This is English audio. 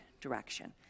direction